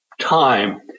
time